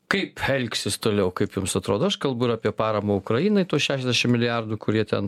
kaip elgsis toliau kaip jums atrodo aš kalbu ir apie paramą ukrainai tuos šešiasdešim milijardų kurie ten